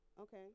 Okay